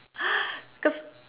cause